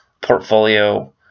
portfolio